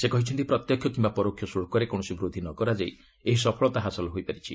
ସେ କହିଛନ୍ତି ପ୍ରତ୍ୟକ୍ଷ କମ୍ବା ପରୋକ୍ଷ ଶୁଳ୍କରେ କୌଣସି ବୃଦ୍ଧି ନ କରାଯାଇ ଏହି ସଫଳତା ହାସଲ ହୋଇପାରିଛି